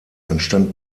entstand